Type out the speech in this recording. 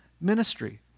ministry